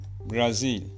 brazil